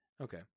Okay